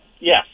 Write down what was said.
yes